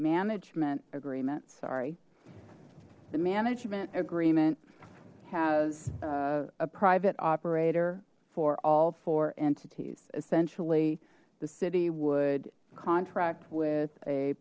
management agreement sorry the management agreement has a private operator for all four entities essentially the city would contract with a